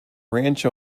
ranch